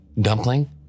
Dumpling